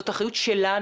זאת האחריות שלנו,